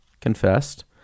confessed